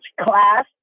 class